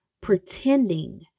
pretending